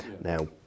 Now